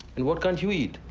and what can't you eat?